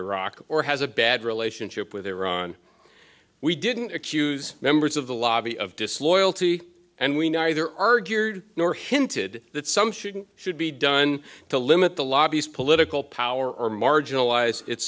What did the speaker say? iraq or has a bad relationship with iran we didn't accuse members of the lobby of disloyalty and we neither are geared nor hinted that some shouldn't should be done to limit the lobby's political power or marginalize its